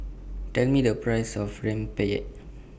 Tell Me The Price of Rempeyek